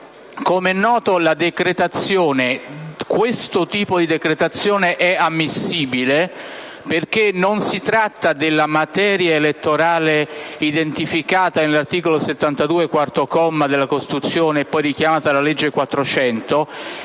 Com'è noto, questo tipo di decretazione è ammissibile, perché non si tratta della materia elettorale, identificata dall'articolo 72, quarto comma, della Costituzione, poi richiamata dalla legge n.